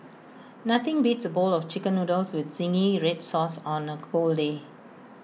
nothing beats A bowl of Chicken Noodles with Zingy Red Sauce on A cold day